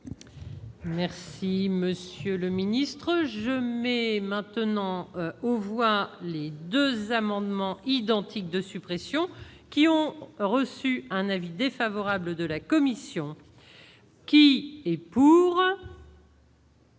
Si Monsieur le ministre, je mais maintenant on voit les 2 amendements identiques de suppression. Qui ont reçu un avis défavorable de la commission qui est pour.